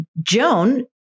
Joan